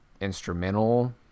instrumental